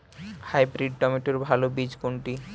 Hybrid টমেটোর ভালো বীজ কোনটি?